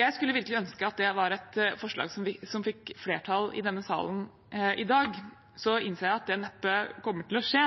Jeg skulle virkelig ønske at det var et forslag som fikk flertall i denne salen i dag. Så innser jeg at det neppe kommer til å skje,